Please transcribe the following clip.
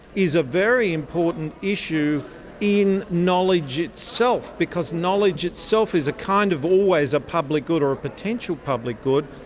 is a very important issue in knowledge itself because knowledge itself is a kind of always a public good or a potential public good.